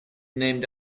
named